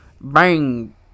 bang